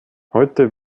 heute